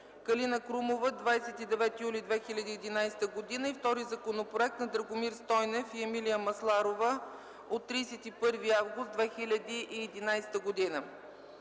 Калина Крумова, 29 юли 2011 г., и втори законопроект – на Драгомир Стойнев и Емилия Масларова, от 31 август 2011 г.